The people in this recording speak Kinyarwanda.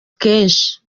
kenshi